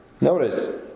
Notice